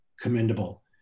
commendable